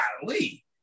golly